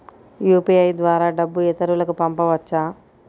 UPI ద్వారా డబ్బు ఇతరులకు పంపవచ్చ?